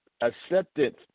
acceptance